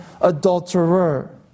adulterer